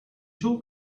talk